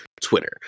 Twitter